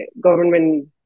government